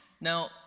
Now